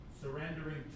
surrendering